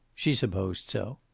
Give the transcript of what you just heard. she supposed so.